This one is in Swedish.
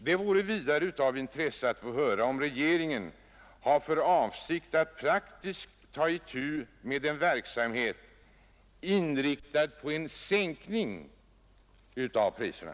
Det vore vidare av intresse att få höra om regeringen har för avsikt att praktiskt ta itu med en verksamhet inriktad på sänkning av priserna.